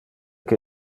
que